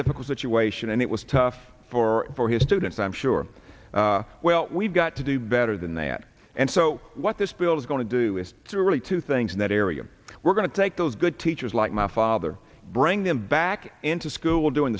difficult situation and it was tough for for his students i'm sure well we've got to do better than that and so what this bill is going to do is to really two things in that area we're going to take those good teachers like my father bring them back into school during